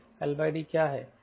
L D क्या है